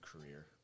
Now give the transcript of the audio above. career